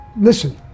Listen